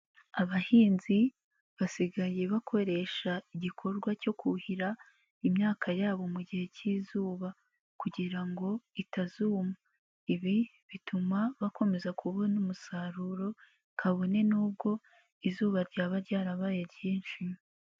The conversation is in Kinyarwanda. Abahinzi basigaye bakoresha igikorwa cyo kuhira imyaka yabo mu gihe cy'izuba kugira ngo itazuma, ibi bituma bakomeza kubona umusaruro, kabone n'ubwo izuba ryaba ryarabaye ryinshi.